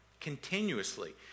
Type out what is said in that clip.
Continuously